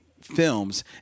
films